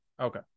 Okay